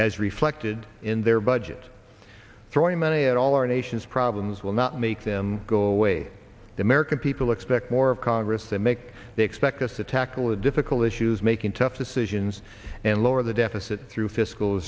as reflected in their budget throwing money at all our nation's problems will not make them go away the american people expect more of congress they make they expect us to tackle the difficult issues making tough decisions and lower the deficit through fiscal